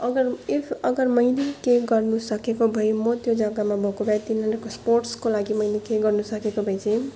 अगर इफ अगर मैले केही गर्नु सकेको भए म त्यो जग्गामा भएको भए तिनीहरूको स्पोर्ट्सको लागि मैले केही गर्न सकेको भए चाहिँ